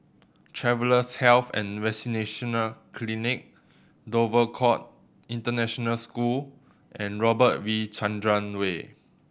Travellers' Health and Vaccination Clinic Dover Court International School and Robert V Chandran Way